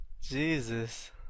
Jesus